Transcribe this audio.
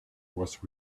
was